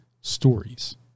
stories